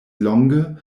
longe